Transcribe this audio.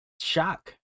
shock